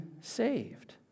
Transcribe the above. saved